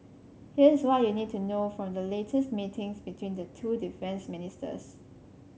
here's what you need to know from the latest meetings between the two defence ministers